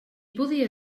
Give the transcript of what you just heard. podia